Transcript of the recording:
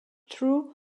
through